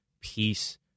peace